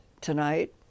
tonight